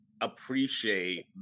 appreciate